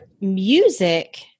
music